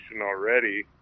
already